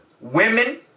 Women